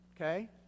okay